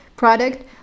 product